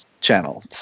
channel